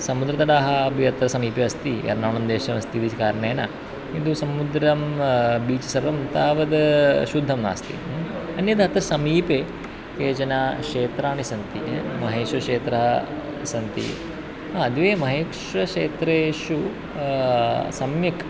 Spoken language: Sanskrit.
समुद्रतटाः अपि अत्र समीपे अस्ति यर्नाणुं देशम् अस्ति इति कारणेन किन्तु समुद्रं बीच् सर्वं तावत् शुद्धं नास्ति अन्यत् अत्र समीपे केचन क्षेत्राणि सन्ति महेश्वरक्षेत्राणि सन्ति अद्य महेक्श्वक्षेत्रेषु सम्यक्